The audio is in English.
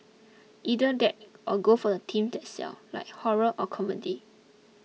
either that or go for themes that sell like horror or comedy